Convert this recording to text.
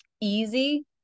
easy